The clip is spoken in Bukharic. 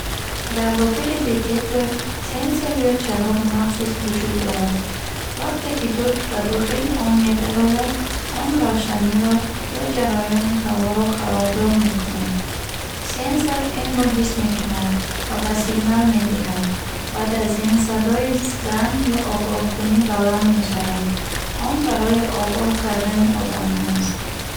Дар дохили детектор сенсор ё чароғи махсус вуҷуд дорад. Вақте ки дуд ба дохили он медарояд, он равшаниро ё ҷараёни ҳаворо халалдор мекунад. Сенсор инро ҳис мекунад ва ба сигнал медиҳад. Баъд аз ин, садои занг ё огоҳкунӣ баланд мешавад. Он барои огоҳ кардани одамон аст.